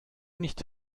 nicht